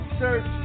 search